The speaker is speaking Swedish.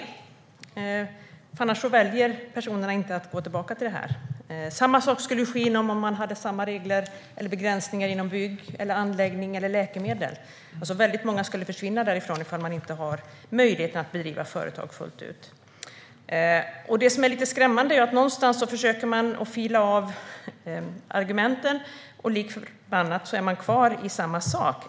Om de inte gör det väljer inte personer att gå tillbaka till dem. Samma sak skulle ske om man hade samma regler eller begränsningar beträffande bygg och anläggning eller läkemedel. Väldigt många skulle försvinna därifrån ifall man inte hade möjlighet att driva företag fullt ut. Det som är lite skrämmande är att man försöker fila av argumenten men lik förbannat är kvar i samma sak.